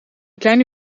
kleine